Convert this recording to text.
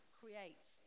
creates